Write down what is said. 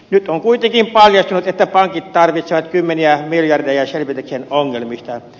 nyt on kuitenkin paljastunut että pankit tarvitsevat kymmeniä miljardeja selvitäkseen ongelmista